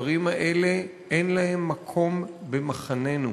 הדברים האלה, אין להם מקום במחננו.